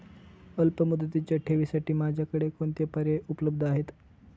अल्पमुदतीच्या ठेवींसाठी माझ्याकडे कोणते पर्याय उपलब्ध आहेत?